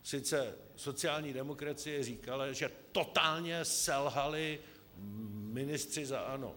Sice sociální demokracie říkala, že totálně selhali ministři za ANO.